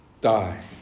die